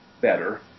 better